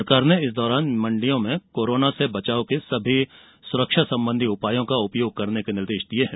सरकार ने इस दौरान मंडियों में कोरोना से बचाव के सभी सुरक्षा संबंधी उपायों का उपयोग करने के निर्देश दिए हैं